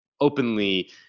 openly